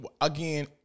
Again